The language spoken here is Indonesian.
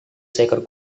seekor